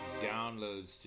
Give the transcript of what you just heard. downloads